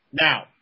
Now